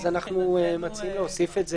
אנו מציעים להוסיף את זה